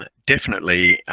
and definitely,